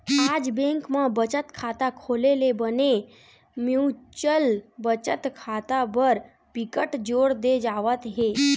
आज बेंक म बचत खाता खोले ले बने म्युचुअल बचत खाता बर बिकट जोर दे जावत हे